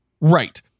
Right